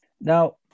Now